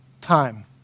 time